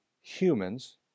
humans